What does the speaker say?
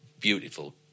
Beautiful